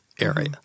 area